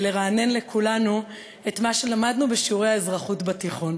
ולרענן לכולנו את מה שלמדנו בשיעורי האזרחות בתיכון.